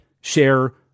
share